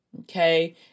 Okay